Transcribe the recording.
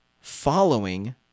following